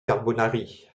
carbonari